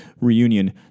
reunion